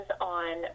on